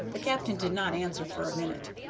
the captain did not answer for a minute,